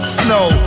snow